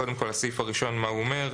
קודם כל, הסעיף הראשון, מה הוא אומר?